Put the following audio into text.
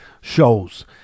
shows